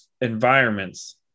environments